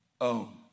own